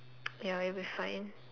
ya it will be fine